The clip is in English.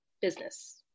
business